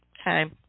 Okay